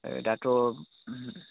दाथ'